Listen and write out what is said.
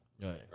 right